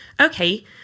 okay